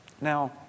Now